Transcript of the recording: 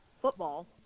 football